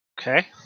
Okay